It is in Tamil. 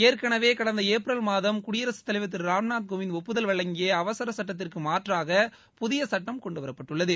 ஏற்கனவே கடந்த ஏப்ரல் மாதம் குடியரசுத் தலைவர் திரு ராம்நாத் கோவிந்த் ஒப்புதல் வழங்கிய அவசர சுட்டத்திற்கு மாற்றாக புதிய சட்டம் கொண்டுவரப்பட்டுள்ளது